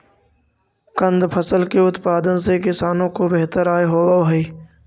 कंद फसल के उत्पादन से किसानों को बेहतर आय होवअ हई